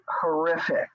horrific